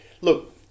look